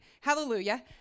hallelujah